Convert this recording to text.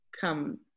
come